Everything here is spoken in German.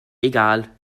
egal